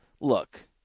look